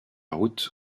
route